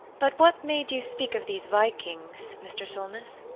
but what made you speak of these vikings, mr. solness?